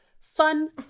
fun